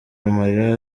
amarira